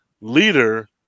leader